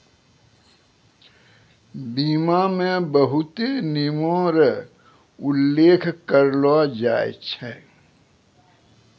बीमा मे बहुते नियमो र उल्लेख करलो जाय छै